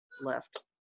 left